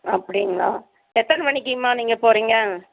அப்படீங்களா எத்தனை மணிக்குங்கமா நீங்கள் போகறீங்க